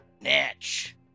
Natch